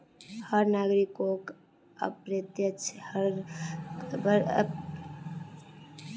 हर नागरिकोक अप्रत्यक्ष कर चुकव्वा हो छेक